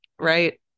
Right